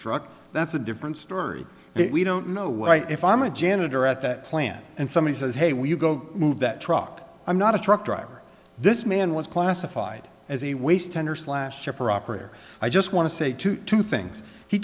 truck that's a different story we don't know why if i'm a janitor at that plant and somebody says hey when you go move that truck i'm not a truck driver this man was classified as a waste tender slash where i just want to say two two things he